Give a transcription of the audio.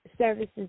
Services